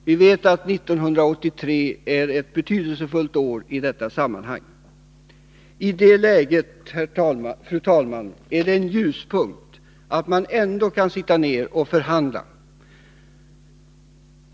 Vi vet att 1983 är ett betydelsefullt år i detta sammanhang. I det läget, fru talman, är det en ljuspunkt att man ändå kan samlas och förhandla.